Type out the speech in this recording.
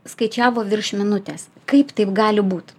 skaičiavo virš minutės kaip taip gali būt